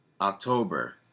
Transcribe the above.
October